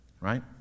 right